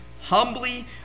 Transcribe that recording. Humbly